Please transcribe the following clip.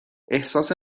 احساس